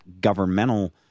governmental